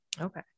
Okay